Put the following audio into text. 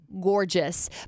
gorgeous